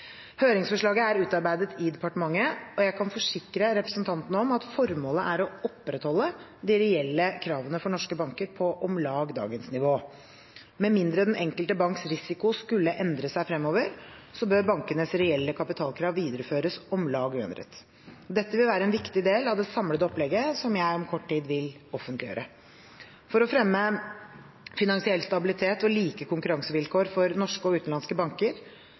Høringsforslaget er utarbeidet i departementet, og jeg kan forsikre representanten om at formålet er å opprettholde de reelle kravene for norske banker på om lag dagens nivå. Med mindre den enkelte banks risiko skulle endre seg fremover, bør bankenes reelle kapitalkrav videreføres om lag uendret. Dette vil være en viktig del av det samlede opplegget som jeg om kort tid vil offentliggjøre. For å fremme finansiell stabilitet og like konkurransevilkår for norske og utenlandske banker